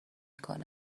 کنه